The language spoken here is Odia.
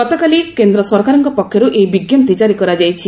ଗତକାଲି କେନ୍ଦ୍ର ସରକାରଙ୍କ ପକ୍ଷରୁ ଏହି ବିଜ୍ଞପ୍ତି ଜାରି କରାଯାଇଛି